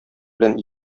белән